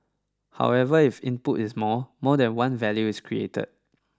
however if input is more more than one value is created